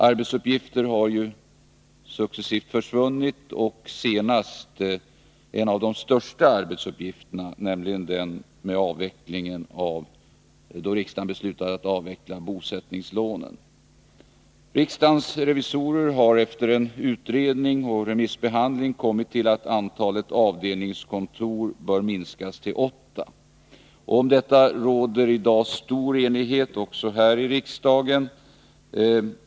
Arbetsuppgifter har successivt försvunnit, senast en av de största arbetsuppgifterna, då riksdagen beslutade att avveckla bosättningslånen. Riksdagens revisorer har efter en utredning och remissbehandling kommit fram till att antalet avdelningskontor bör minskas till åtta. Om detta råder i dag stor enighet också här i riksdagen.